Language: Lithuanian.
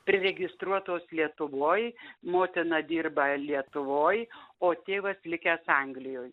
priregistruotos lietuvoj motina dirba lietuvoj o tėvas likęs anglijoj